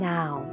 Now